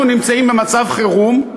אנחנו נמצאים במצב חירום,